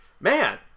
Man